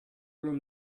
room